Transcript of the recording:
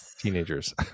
teenagers